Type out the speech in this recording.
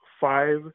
five